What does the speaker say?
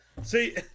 See